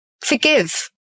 forgive